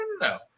No